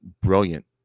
brilliant